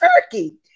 turkey